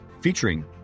featuring